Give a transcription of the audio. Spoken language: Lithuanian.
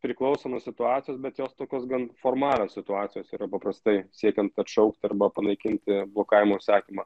priklauso nuo situacijos bet jos tokios gan formalios situacijos yra paprastai siekiant atšaukt arba panaikinti blokavimo įsakymą